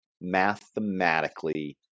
mathematically